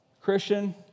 Christian